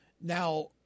Now